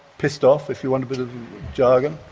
pissed off, if you want a bit of jargon.